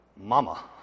Mama